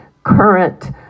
current